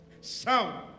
sound